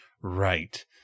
Right